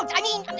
um i mean